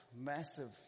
massive